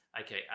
okay